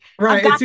right